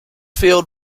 field